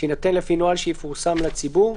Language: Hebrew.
שיינתן לפי נוהל שפורסם לציבור,